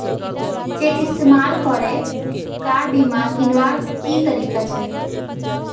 Cheque इस्तेमाल करे car बीमा कीन्वार की तरीका छे?